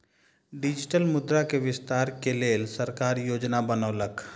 digital मुद्रा के विस्तार के लेल सरकार योजना बनौलक